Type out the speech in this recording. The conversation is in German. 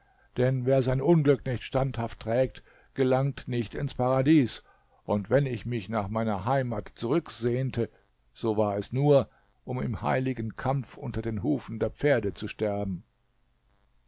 denn wer sein unglück nicht standhaft trägt gelangt nicht ins paradies und wenn ich mich nach meiner heimat zurücksehnte so war es nur um im heiligen kampf unter den hufen der pferde zu sterben